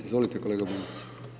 Izvolite kolega Bunjac.